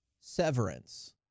Severance